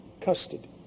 custody